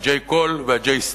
J Call וJ-Street,